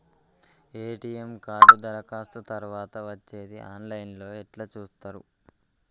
ATM card దరఖాస్తు తరువాత వచ్చేది ఆన్ లైన్ లో ఎట్ల చూత్తరు?